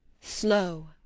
slow